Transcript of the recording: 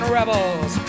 rebels